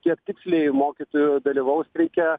kiek tiksliai mokytojų dalyvaus streike